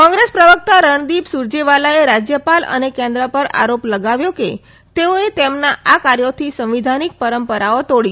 કોંગ્રેસ પ્રવક્તા રણદીપ સુરજેવાલાએ રાજ્યપાલ અને કેન્દ્ર પર આરોપ લગાવ્યો કે તેઓ એ તેમના કાર્યોથી સંવિધાનીક પરંપરાઓ તોડી છે